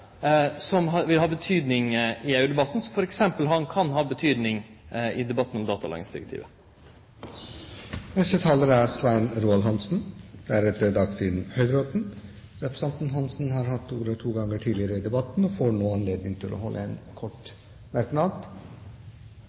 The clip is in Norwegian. som vil ha betyding i EU-debatten. Det kan også ha betyding i debatten om datalagringsdirektivet. Representanten Svein Roald Hansen har hatt ordet to ganger tidligere og får ordet til en kort merknad,